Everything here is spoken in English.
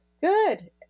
Good